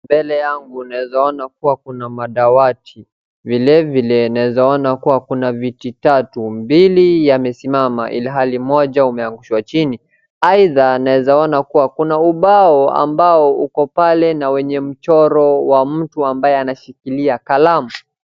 Mbele yangu naeza ona kuwa kuna madawati, vilevile naeza ona kuwa kuna viti tatu, mbili yamesimama ilhali moja imeangushwa chini. Aidha naeza ona kuwa kuna ubao ambao uko pale na wenye mchoro wa mtu ambaye ameshikilia kalamu.